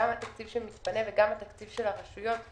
גם התקציב שמתפנה וגם זה של הרשויות.